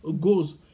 goes